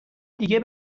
دیگه